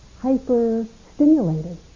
hyper-stimulated